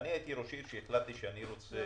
הייתי ראש עיר כשהחלטתי שאני רוצה